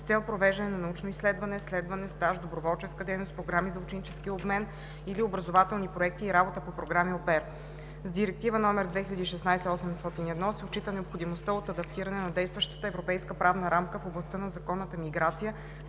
с цел провеждане на научно изследване, следване, стаж, доброволческа дейност, програми за ученически обмен или образователни проекти и работа по програми „au pair“. С Директива (ЕС) №2016/801 се отчита необходимостта от адаптиране на действащата европейска правна рамка в областта на законната миграция